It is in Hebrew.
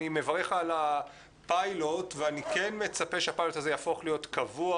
אני מברך על הפיילוט ואני כן מצפה שהפיילוט הזה יהפוך להיות קבוע.